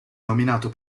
nominato